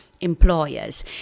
employers